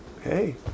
hey